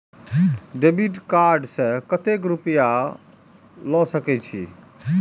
Debit card से कतेक रूपया ले सके छै?